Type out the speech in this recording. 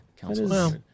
council